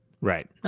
Right